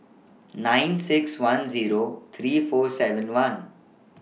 nine six one Zero three four seven one